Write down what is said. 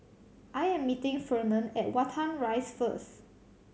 I am meeting Fernand at Watten Rise first